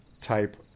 type